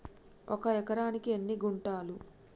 ఒక ఎకరానికి ఎన్ని గుంటలు?